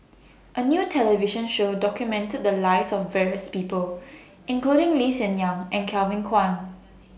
A New television Show documented The Lives of various People including Lee Hsien Yang and Kevin Kwan